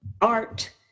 art